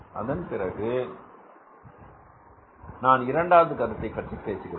அதற்குப் பின்பு நான் இரண்டாவது கருத்தை பற்றி பேசுகிறேன்